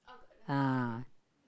ah